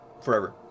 forever